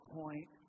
point